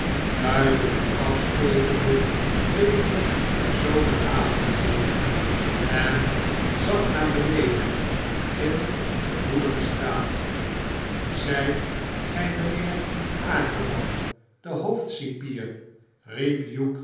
duidelijk afstekende tegen de zomeravondlucht en zag naar beneden in de woelige straat zijt gij mijnheer akerman de hoofdcipier